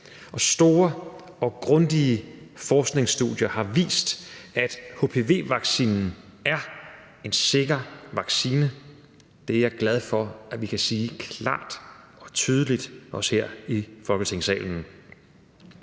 store og grundige forskningsstudier har vist, at hpv-vaccinen er en sikker vaccine. Det er jeg glad for at vi kan sige klart og tydeligt, også her i Folketingssalen.